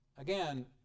again